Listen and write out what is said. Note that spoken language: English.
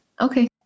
Okay